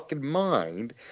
Mind